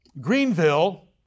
Greenville